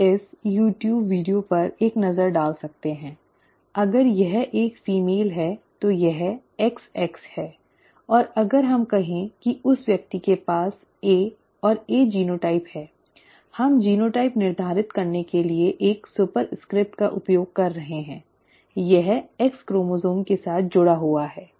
आप इस YouTube video पर एक नज़र डाल सकते हैं अगर यह एक फीमेल है तो यह XX है और अगर हम कहें कि उस व्यक्ति के पास A और A जीनोटाइप है हम जीनोटाइप निर्धारित करने के लिए एक सुपरस्क्रिप्ट का उपयोग कर रहे हैं यह एक्स क्रोमोसोम के साथ जुड़ा हुआ है